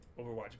overwatch